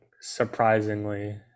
surprisingly